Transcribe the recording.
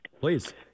Please